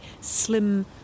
slim